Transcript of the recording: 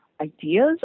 ideas